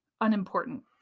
unimportant